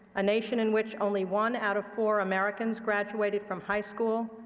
a nation in which only one out of four americans graduated from high school,